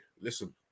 Listen